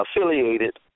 affiliated